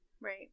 Right